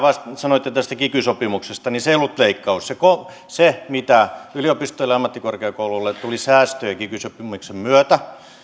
sanoitte tästä kiky sopimuksesta ei ollut leikkaus se hyöty mitä yliopistoille ja ammattikorkeakouluille tuli säästöjä kiky sopimuksen myötä